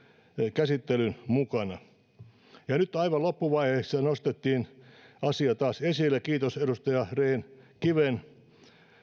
käsittelyn mukana nyt aivan loppuvaiheessa nostettiin asia taas esille kiitos edustaja rehn kiven